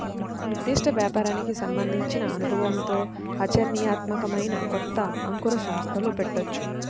నిర్దిష్ట వ్యాపారానికి సంబంధించిన అనుభవంతో ఆచరణీయాత్మకమైన కొత్త అంకుర సంస్థలు పెట్టొచ్చు